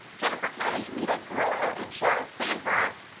jennifer kelly, lita corillo, and sheryl sandvoss,